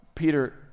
Peter